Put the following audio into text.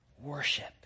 worship